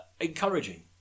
Encouraging